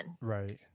Right